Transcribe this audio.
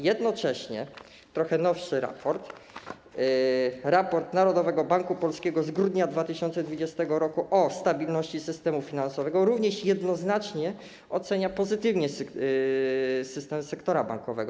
Jednocześnie trochę nowszy raport, raport Narodowego Banku Polskiego z grudnia 2020 r. o stabilności systemu finansowego, również jednoznacznie ocenia pozytywnie system sektora bankowego.